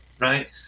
right